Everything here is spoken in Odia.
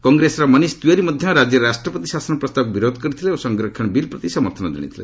କଂଗ୍ରେସର ମନୀଷ୍ ତିୱାରୀ ମଧ୍ୟ ରାଜ୍ୟରେ ରାଷ୍ଟ୍ରପତି ଶାସନ ପ୍ରସ୍ତାବକୃ ବିରୋଧ କରିଥିଲେ ଓ ସଂରକ୍ଷଣ ବିଲ୍ ପ୍ରତି ସମର୍ଥନ ଜଣାଇଥିଲେ